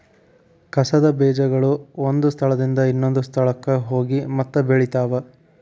ಕಸದ ಬೇಜಗಳು ಒಂದ ಸ್ಥಳದಿಂದ ಇನ್ನೊಂದ ಸ್ಥಳಕ್ಕ ಹೋಗಿ ಮತ್ತ ಬೆಳಿತಾವ